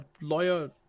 lawyer